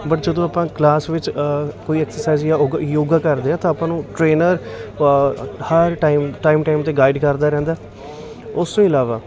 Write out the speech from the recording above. but ਜਦੋਂ ਆਪਾਂ class ਵਿੱਚ ਕੋਈ ਐਕਸਰਸਾਈਜ਼ ਜਾਂ ਔਗਾ ਯੋਗਾ ਕਰਦੇ ਹਾਂ ਤਾਂ ਆਪਾਂ ਨੂੰ ਟ੍ਰੇਨਰ ਹਰ ਟਾਈਮ ਟਾਈਮ ਟਾਈਮ 'ਤੇ ਗਾਈਡ ਕਰਦਾ ਰਹਿੰਦਾ ਉਸ ਤੋਂ ਇਲਾਵਾ